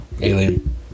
Alien